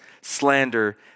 slander